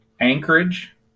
Anchorage